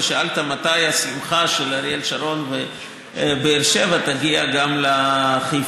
ושאלת מתי השמחה של אריאל שרון ובאר שבע תגיע גם לחיפה.